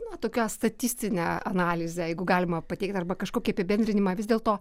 na tokią statistinę analizę jeigu galima pateikt arba kažkokį apibendrinimą vis dėlto